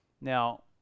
Now